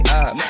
up